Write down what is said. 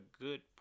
good